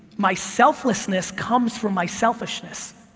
my selflessness comes from my selfishness.